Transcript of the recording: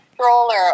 stroller